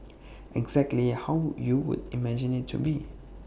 exactly how you would imagine IT to be